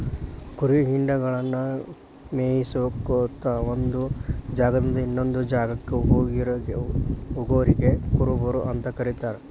ಕುರಿ ಹಿಂಡಗಳನ್ನ ಮೇಯಿಸ್ಕೊತ ಒಂದ್ ಜಾಗದಿಂದ ಇನ್ನೊಂದ್ ಜಾಗಕ್ಕ ಹೋಗೋರಿಗೆ ಕುರುಬರು ಅಂತ ಕರೇತಾರ